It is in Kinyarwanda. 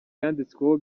yanditsweho